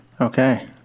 Okay